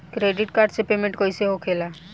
Credit card से payment कईसे होखेला?